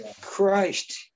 Christ